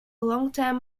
longtime